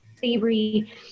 savory